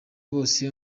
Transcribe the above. bose